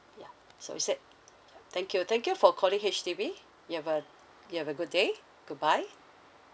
yeah so is that yeah thank you thank you for calling H_D_B you have a you have a good day goodbye